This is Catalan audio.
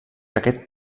aquest